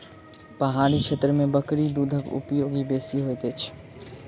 पहाड़ी क्षेत्र में बकरी दूधक उपयोग बेसी होइत अछि